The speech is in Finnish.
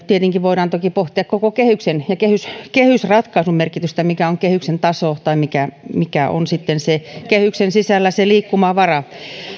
tietenkin voidaan toki pohtia koko kehyksen ja kehysratkaisun merkitystä sitä mikä on kehyksen taso tai sitä mikä on sitten kehyksen sisällä se liikkumavara